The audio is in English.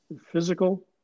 physical